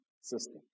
system